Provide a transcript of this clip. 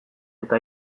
eta